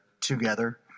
together